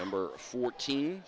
number fourteen